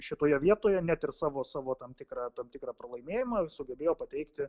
šitoje vietoje net ir savo savo tam tikra tam tikrą pralaimėjimą sugebėjo pateikti